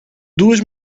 duas